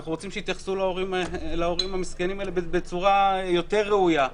אנחנו רוצים שיתייחסו להורים המסכנים האלה בצורה יותר ראויה.